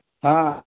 हँ